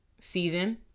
season